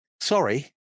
sorry